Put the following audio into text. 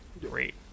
Great